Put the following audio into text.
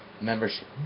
membership